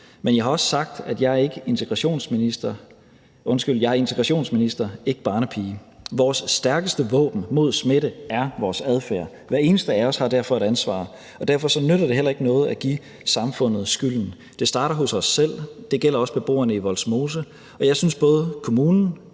Men jeg har også sagt, at jeg er integrationsminister, ikke barnepige. Vores stærkeste våben mod smitte er vores adfærd. Hver eneste af os har derfor et ansvar, og derfor nytter det heller ikke noget at give samfundet skylden. Det starter hos os selv, det gælder også beboerne i Vollsmose, og jeg synes, at både kommunen,